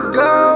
go